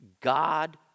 God